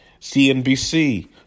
CNBC